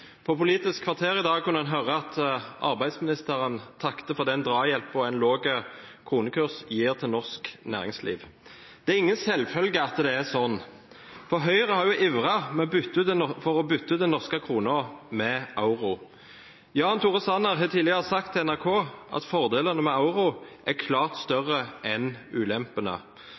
På Politisk kvarter i dag kunne en høre at arbeidsministeren takket for den drahjelpen en lav kronekurs gir til norsk næringsliv. Det er ingen selvfølge at det er sånn, for Høyre har ivret for å bytte ut den norske kronen med euroen. Jan Tore Sanner har tidligere sagt til NRK at fordelene med euro er klart større enn ulempene.